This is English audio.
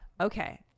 okay